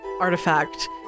artifact